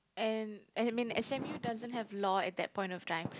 and and I mean S_M_U doesn't have law at that point of time